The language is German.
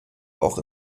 auch